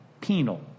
penal